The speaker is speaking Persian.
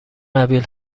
قبیل